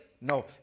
no